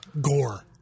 gore